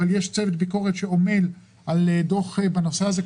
אבל יש צוות ביקורת שעומל על דוח בנושא הזה,